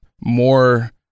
more